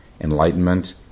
enlightenment